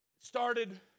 Started